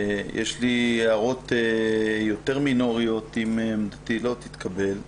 יש לי הערות יותר מינוריות, אם עמדתי לא תתקבל,